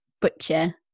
butcher